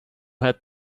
had